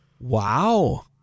wow